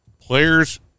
Players